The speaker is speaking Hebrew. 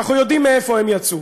אנחנו יודעים מאיפה הם יצאו.